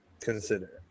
consider